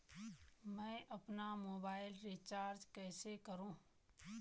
मैं अपना mobile recharge कैसे करूँ?